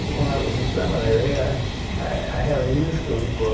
when i was in seminary i i had a youth group.